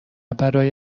برای